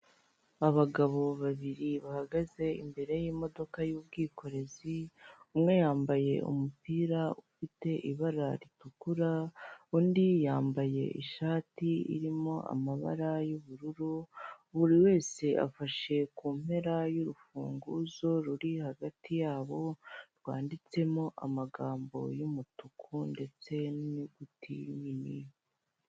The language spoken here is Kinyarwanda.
Abagabo babiri bahagaze imbere y'imodoka y'ubwikorezi, umwe yambaye umupira ufite ibara ritukura, undi yambaye ishati irimo amabara y'ubururu, buri wese afashe kumpera y'urufunguzo ruri hagati yabo rwanditsemo amagambo y'umutuku ndetse n'inyuguti nini.